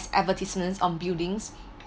advertisements on buildings